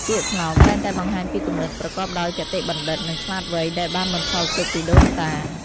ពាក្យស្លោកតែងតែបង្ហាញពីគំនិតប្រកបដោយគតិបណ្ឌិត និងឆ្លាតវៃដែលបានបន្សល់ទុកពីដូនតា។